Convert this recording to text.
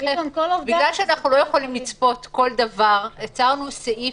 שאנחנו לא יכולים לצפות כל דבר יצרנו סעיף